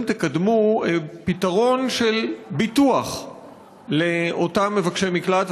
תקדמו פתרון של ביטוח לאותם מבקשי מקלט,